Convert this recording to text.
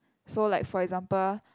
so like for example